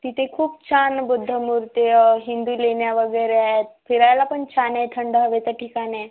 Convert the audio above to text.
तिथे खूप छान बुद्धमूर्ती हिंदू लेण्या वगैरे आहेत फिरायला पण छान आहे थंड हवेचं ठिकाण आहे